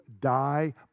die